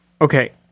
Okay